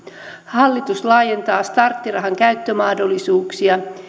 hallitus laajentaa starttirahan käyttömahdollisuuksia